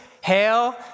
hail